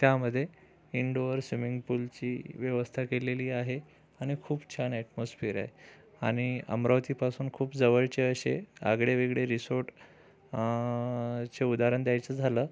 त्यामध्ये indoor swimming पूलची व्यवस्था केलेली आहे आणि खूप छान ॲटमॉस्फियर आहे आणि अमरावतीपासून खूप जवळचे असे आगळेवेगळे रिसोट चे उदाहरण द्यायचं झालं